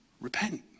repent